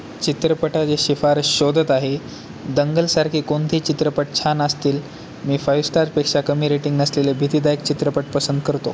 चित्रपटाचे शिफारस शोधत आहे दंगलसारखे कोणते चित्रपट छान असतील मी फाईव स्टारपेक्षा कमी रेटिंग नसलेले भीतीदायक चित्रपट पसंत करतो